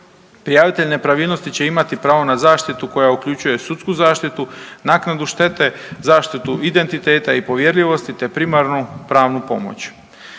Prijavitelj nepravilnosti će imati pravo na zaštitu koja uključuje sudsku zaštitu, naknadu štete, zaštitu identiteta i povjerljivosti, te primarnu pravnu pomoć.